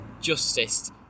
Justice